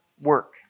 work